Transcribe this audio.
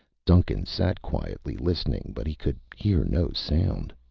duncan sat quietly, listening, but he could hear no sound.